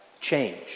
change